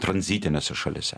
tranzitinėse šalyse